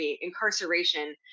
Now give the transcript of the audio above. incarceration